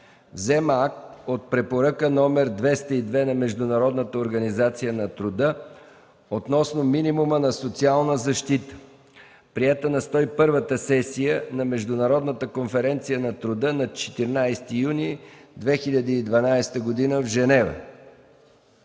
Взема акт от Препоръка № 202 на Международната организация на труда относно минимума на социалната защита, приета на 101-та сесия на Международната конференция на труда на 14 юни 2012 г. в Женева.”